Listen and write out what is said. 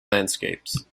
landscapes